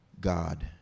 God